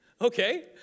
okay